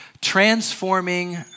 transforming